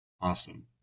Awesome